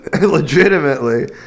legitimately